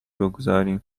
بگذاریم